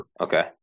Okay